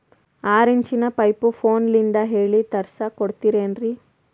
ಆರಿಂಚಿನ ಪೈಪು ಫೋನಲಿಂದ ಹೇಳಿ ತರ್ಸ ಕೊಡ್ತಿರೇನ್ರಿ?